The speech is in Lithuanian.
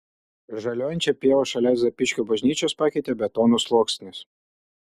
žaliuojančią pievą šalia zapyškio bažnyčios pakeitė betono sluoksnis